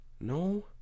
no